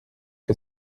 que